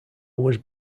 was